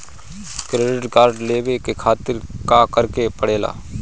Credit card लेवे के खातिर का करेके पड़ेला?